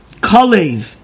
Kalev